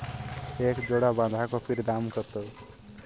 এক জোড়া বাঁধাকপির দাম কত?